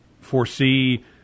foresee